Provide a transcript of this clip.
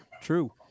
True